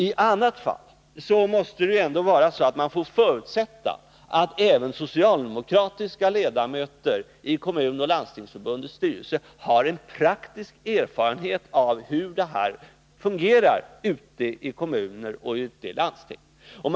I annat fall måste det ju ändå vara så att man får förutsätta att även socialdemokratiska ledamöter i Kommunförbundets och Landstingsförbundets styrelser har praktisk erfarenhet av hur systemet fungerar i kommunerna och ute i landstingen.